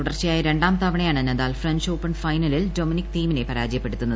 തുടർച്ചയായ രണ്ടാം തവണയാണ് നദാൽ ഫ്രഞ്ച് ഓപ്പൺ ഫൈനലിൽ ഡൊമനിക് തീമിനെ പരാജയപ്പെടുത്തുന്നത്